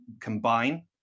combine